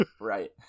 Right